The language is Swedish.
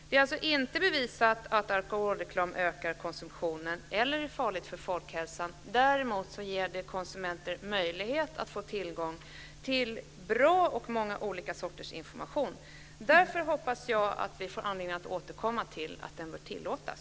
Det är alltså inte bevisat att alkoholreklam ökar konsumtionen eller är farlig för folkhälsan. Däremot ger den konsumenter möjlighet till bra information av många olika sorter. Jag hoppas därför att vi får anledning att återkomma till att den bör tillåtas.